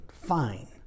fine